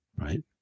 right